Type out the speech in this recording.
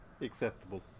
acceptable